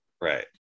right